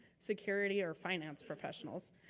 security or finance professionals.